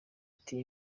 ati